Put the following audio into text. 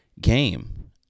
game